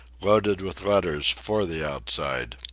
loaded with letters for the outside.